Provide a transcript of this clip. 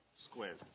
squared